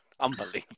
unbelievable